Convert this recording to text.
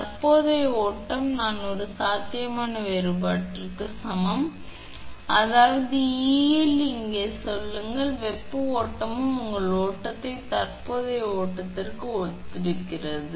தற்போதைய ஓட்டம் நான் ஒரு சாத்தியமான வேறுபாட்டிற்கு சமம் அதாவது e இல் இங்கே சொல்லுங்கள் வெப்ப ஓட்டமும் உங்கள் ஓட்டத்தை தற்போதைய ஓட்டத்திற்கு ஒத்திருக்கிறது